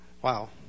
Wow